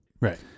Right